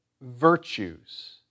virtues